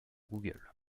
google